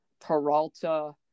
Peralta